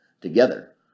together